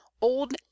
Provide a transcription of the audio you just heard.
old